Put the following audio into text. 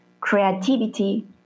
creativity